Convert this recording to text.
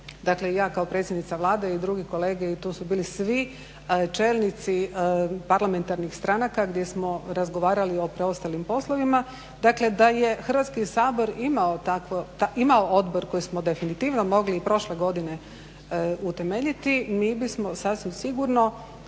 dakle i ja kao predsjednica Vlade i drugi kolege i tu su bili svi čelnici parlamentarnih stranaka gdje smo razgovarali o preostalim poslovima. Dakle, a da je Hrvatski sabor imao odbor koji smo definitivno mogli i prošle godine utemeljiti mi bismo sasvim sigurno